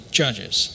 judges